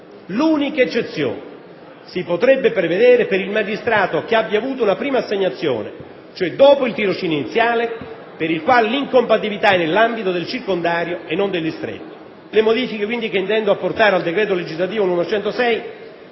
l'unica eccezione si potrebbe prevedere per il magistrato che abbia avuto una prima assegnazione, cioè dopo il tirocinio iniziale, per il quale l'incompatibilità è nell'ambito del circondario e non del distretto. Le modifiche, quindi, che intendo apportare al decreto legislativo n. 106